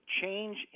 change